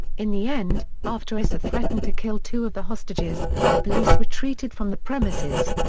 in the end, after issa threatened to kill two of the hostages, the police retreated from the premises.